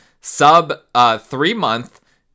sub-three-month